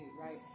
right